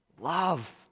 love